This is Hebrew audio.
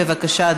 בבקשה,